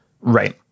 Right